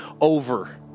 over